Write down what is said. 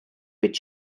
під